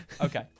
Okay